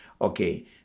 okay